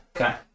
Okay